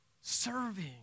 serving